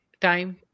time